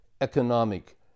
economic